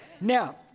Now